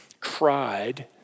cried